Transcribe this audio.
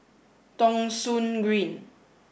Thong Soon Green